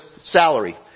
salary